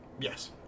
Yes